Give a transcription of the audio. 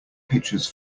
pictures